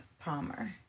palmer